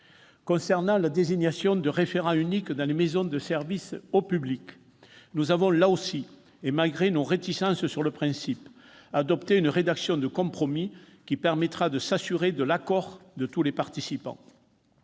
Concernant la désignation de référents unique dans les maisons de service au public, malgré nos réticences sur le principe, nous avons également adopté une rédaction de compromis qui permettra de s'assurer de l'accord de tous les participants.